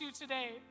today